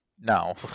no